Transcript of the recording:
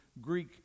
Greek